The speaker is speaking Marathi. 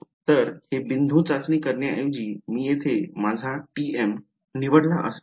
तर हे बिंदू चाचणी करण्याऐवजी मी येथे माझा tm निवडला असता